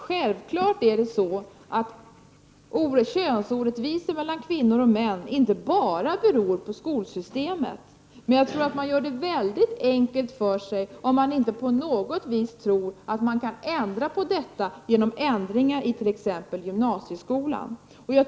Självfallet beror könsorättvisor mellan kvinnor och män inte bara på skolsystemet, men jag tror att man gör det väldigt enkelt för sig om man inte på något vis tror att man kan ändra på detta genom ändringar i t.ex. gymnasieskolan.